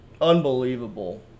unbelievable